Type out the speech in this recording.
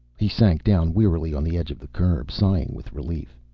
he sank down wearily on the edge of the curb, sighing with relief.